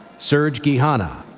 serge gihana.